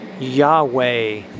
Yahweh